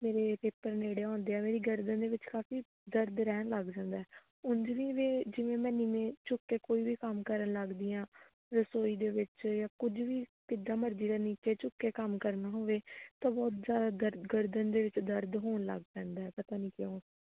ਮੇਰੇ ਪੇਪਰ ਨੇੜੇ ਆਉਂਦੇ ਆ ਮੇਰੀ ਗਰਦਨ ਦੇ ਵਿੱਚ ਕਾਫੀ ਦਰਦ ਰਹਿਣ ਲੱਗ ਜਾਂਦਾ ਉਂਝ ਵੀ ਵੇ ਜਿਵੇਂ ਮੈਂ ਨੀਵੇਂ ਝੁਕ ਕੇ ਕੋਈ ਵੀ ਕੰਮ ਕਰਨ ਲੱਗਦੀ ਹਾਂ ਰਸੋਈ ਦੇ ਵਿੱਚ ਜਾਂ ਕੁਝ ਵੀ ਕਿੱਦਾਂ ਮਰਜ਼ੀ ਦਾ ਨੀਚੇ ਝੁਕ ਕੇ ਕੰਮ ਕਰਨਾ ਹੋਵੇ ਤਾਂ ਬਹੁਤ ਜ਼ਿਆਦਾ ਦਰਦ ਗਰਦਨ ਦੇ ਵਿੱਚ ਦਰਦ ਹੋਣ ਲੱਗ ਪੈਂਦਾ ਪਤਾ ਨਹੀਂ ਕਿਉਂ